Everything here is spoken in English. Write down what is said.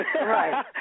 Right